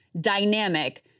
dynamic